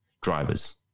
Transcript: drivers